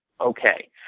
okay